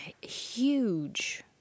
huge